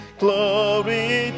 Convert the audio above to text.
glory